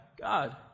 God